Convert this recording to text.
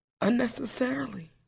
unnecessarily